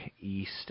East